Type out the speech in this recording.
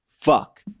Fuck